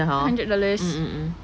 hundred dollars